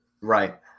Right